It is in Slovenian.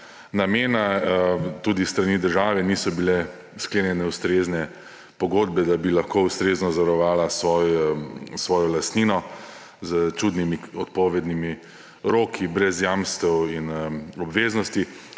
namena. Tudi s strani države niso bile sklenjene ustrezne pogodbe, da bi lahko ustrezno zavarovala svojo lastnino, s čudnimi odpovednimi roki, brez jamstev in obveznosti.